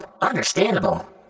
understandable